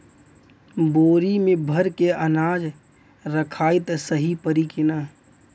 बोरी में भर के अनाज रखायी त सही परी की ना?